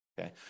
Okay